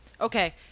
Okay